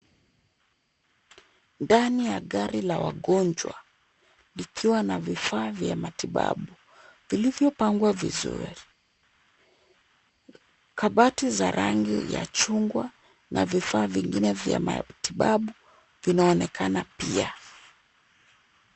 Ndani ya gari la wagonjwa, likiwa na vifaa vya matibabu vilivyopangwa vizuri. Kabati za rangi ya chungwa na vifaa vingine vya matibabu vinaonekana pia.